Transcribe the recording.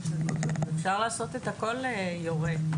אפשר לעשות את הכול יורד.